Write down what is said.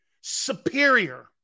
Superior